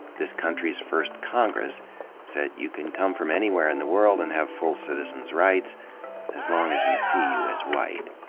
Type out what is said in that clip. this country's first congress said you can come from anywhere in the world and have full citizen's rights as long as we see you as white.